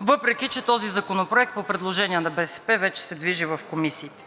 въпреки че този законопроект, по предложение на БСП, вече се движи в комисиите.